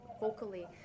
vocally